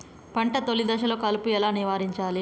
పంట తొలి దశలో కలుపు ఎలా నివారించాలి?